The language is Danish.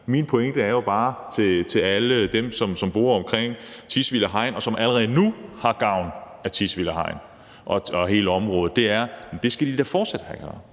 Min pointe til alle dem, som bor omkring Tisvilde Hegn, og som allerede nu har gavn af Tisvilde Hegn og hele området, er, at det skal de da fortsat have.